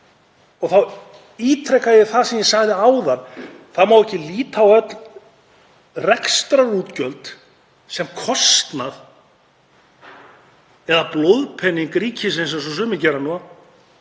Þá ítreka ég það sem ég sagði áðan: Það má ekki líta á öll rekstrarútgjöld sem kostnað eða blóðpening ríkisins eins og sumir gera núna.